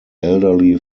elderly